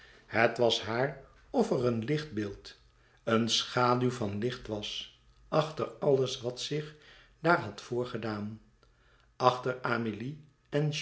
het was haar of er een lichtbeeld een schaduw van licht was achter alles wat zich daar had voorgedaan achter amélie en